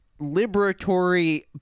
liberatory